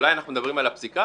אולי אנחנו מדברים על הפסיקה?